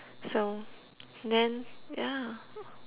so then yeah